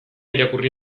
irakurri